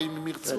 ואם הם ירצו,